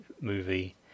movie